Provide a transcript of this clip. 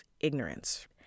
ignorance